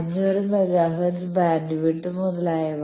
500 megahertz bandwidth മുതലായവ